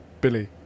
Billy